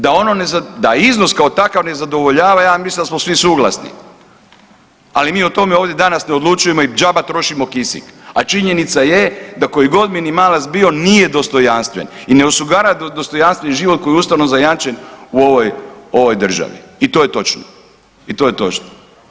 Da iznos kao takav ne zadovoljava ja mislim da smo svi suglasni, ali mi o tome ovdje danas ne odlučujemo i džabe trošimo kisik, a činjenica je da koji god minimalac bio nije dostojanstven i ne osigurava dostojanstven život koji je ustavom zajamčen u ovoj državi i to je točno i to je točno.